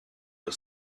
but